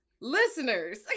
listeners